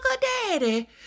daddy